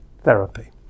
therapy